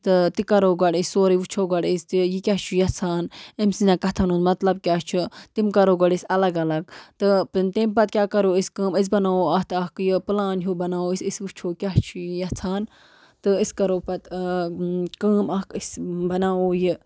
تہٕ تہِ کَرو گۄڈٕ أسۍ سورُے وٕچھو گۄڈٕ أسۍ تہِ یہِ کیٛاہ چھُ یَژھان أمۍ سٕنٛدٮ۪ن کَتھَن ہُنٛد مَطلَب کیاہ چھُ تِم کَرو گۄڈٕ أسۍ الگ الگ تہٕ تمہِ پَتہٕ کیاہ کَرو أسۍ کٲم أسۍ بَناوو اَتھ اَکھ یہِ پٕلان ہیوٗ بَناوو أسۍ أسۍ وٕچھو کیٛاہ چھِ یہِ یَژھان تہٕ أسۍ کَرو پَتہٕ کٲم اَکھ أسۍ بَناوو یہِ